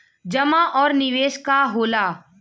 जमा और निवेश का होला?